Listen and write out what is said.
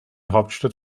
hauptstadt